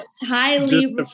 highly